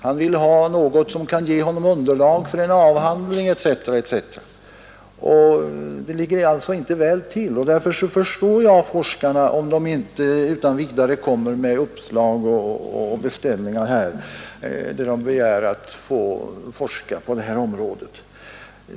Han vill ha något som kan ge honom underlag för en avhandling etc., och då ligger inte detta område väl till. Därför förstår jag forskarna, om de inte utan vidare kommer med uppslag och beställningar och begär att få forska om detta.